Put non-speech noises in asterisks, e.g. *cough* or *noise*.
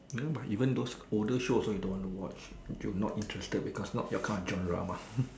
ya but even those older shows also you don't want to watch you're not interested because not your current kind of drama *laughs*